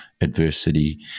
adversity